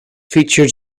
featured